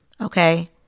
okay